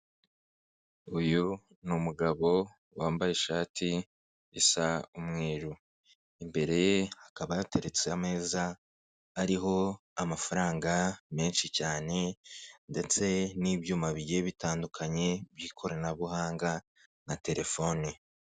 Uyu ni umugabo wambaye ishati isa umweru, imbere ye hakaba hateretse ameza ariho amafaranga menshi cyane ndetse n'ibyuma bigiye bitandukanye by'ikoranabuhanga na telefoni.